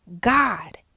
God